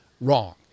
wrong